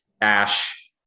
Ash